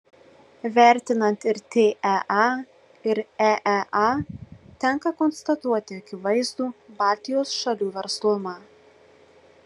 vertinant ir tea ir eea tenka konstatuoti akivaizdų baltijos šalių verslumą